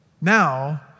Now